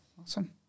Awesome